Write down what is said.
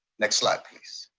next slide please.